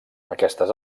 aquestes